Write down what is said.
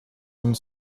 and